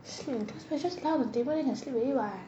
sleep in class you can just lie on the table then can sleep already [what]